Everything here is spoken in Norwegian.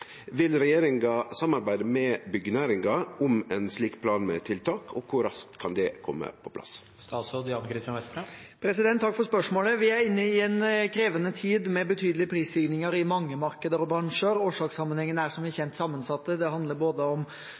raskt kan det kome på plass?» Takk for spørsmålet. Vi er inne i en krevende tid med betydelige prisstigninger i mange markeder og bransjer. Årsakssammenhengene er som kjent sammensatte. Det handler om både